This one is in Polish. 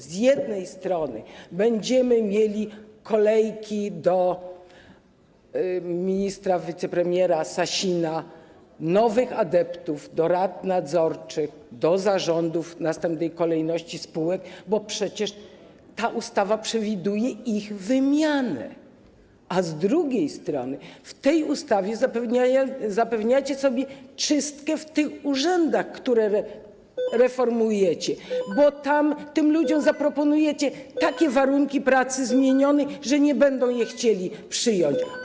Z jednej strony będziemy mieli kolejki do ministra, wicepremiera Sasina nowych adeptów do rad nadzorczych, do zarządów, w następnej kolejności do spółek, bo przecież ta ustawa przewiduje ich wymianę, a z drugiej strony w tej ustawie zapewniacie sobie czystkę w tych urzędach, które reformujecie, bo tam tym ludziom zaproponujecie takie zmienione warunki pracy, że nie będą ich chcieli przyjąć.